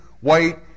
white